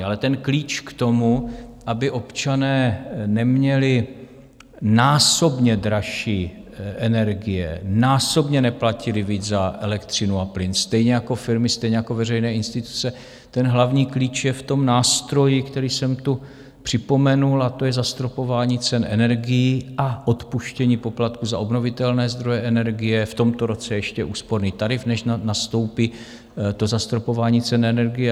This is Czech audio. Ale klíč k tomu, aby občané neměli násobně dražší energie, násobně neplatili víc za elektřinu a plyn stejně jako firmy, stejně jako veřejné instituce, hlavní klíč je v tom nástroji, který jsem tu připomenul, a to je zastropování cen energií a odpuštění poplatků za obnovitelné zdroje energie, v tomto roce ještě úsporný tarif, než nastoupí zastropování cen energie.